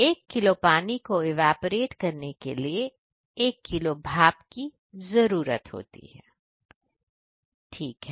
1kg पानी को evaporate करने के लिए 1kg भाप की जरूरत होती है ठीक है